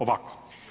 Ovako.